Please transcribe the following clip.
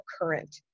current